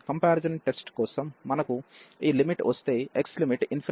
comparison test కోసం మనకు ఈ లిమిట్ వస్తే x లిమిట్ కి వెళుతుంది